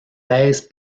thèse